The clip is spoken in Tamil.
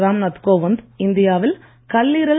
ராம்நாத் கோவிந்த் இந்தியா வில் கல்லீரல்